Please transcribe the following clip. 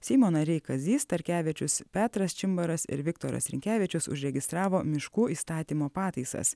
seimo nariai kazys starkevičius petras čimbaras ir viktoras rinkevičius užregistravo miškų įstatymo pataisas